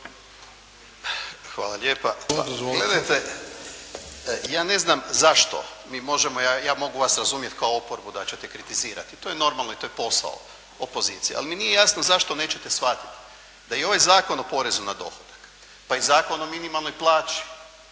gledajte, ja ne znam zašto, mi možemo, ja mogu vas razumjeti kao oporbu da ćete kritizirati. To je normalno i to je posao opozicije, ali mi nije jasno zašto nećete shvatiti da i ovaj Zakon o porezu na dohodak, pa i Zakon o minimalnoj plaći